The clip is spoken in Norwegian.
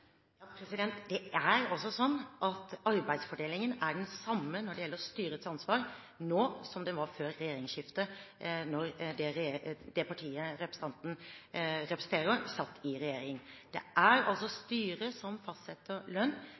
Det er sånn at arbeidsfordelingen når det gjelder styrets ansvar, er den samme nå som den var før regjeringsskiftet, da det partiet representanten representerer, satt i regjering. Det er altså styret som fastsetter lønn.